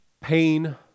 pain